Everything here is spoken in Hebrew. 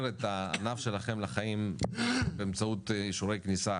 את הענף שלכם לחיים היא באמצעות אישורי כניסה.